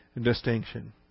distinction